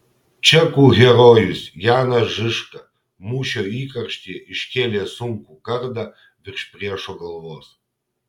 čekų herojus janas žižka mūšio įkarštyje iškėlė sunkų kardą virš priešo galvos